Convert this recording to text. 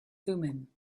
thummim